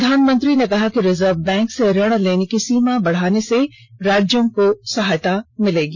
प्रधानमंत्री ने कहा कि रिजर्व बैंक से ऋण लेने की सीमा बढ़ाने से राज्यों को सहायता मिलेगी